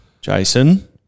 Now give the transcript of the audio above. Jason